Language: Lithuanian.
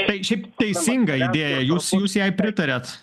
tai šiaip teisinga idėja jūs jūs jai pritariat